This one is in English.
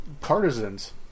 Partisans